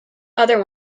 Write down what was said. another